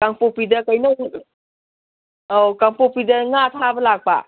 ꯀꯥꯡꯄꯣꯛꯄꯤꯗ ꯀꯩꯅꯧ ꯑꯧ ꯀꯥꯡꯄꯣꯛꯄꯤꯗ ꯉꯥ ꯊꯥꯕ ꯂꯥꯛꯄ